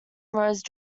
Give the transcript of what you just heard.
rose